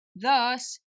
Thus